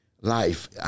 life